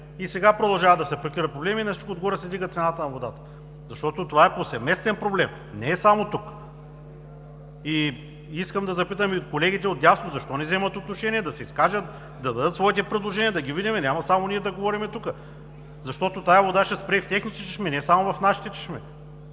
И сега продължават да се прикриват проблеми, и на всичкото отгоре се вдига цената на водата. Защото това е повсеместен проблем, и не е само тук. Искам да запитам колегите отдясно: защо не вземат отношение, да се изкажат, да дадат своите предложения да ги видим, няма само ние да говорим тук? Защото тази вода ще спре и в техните чешми, не само в нашите чешми,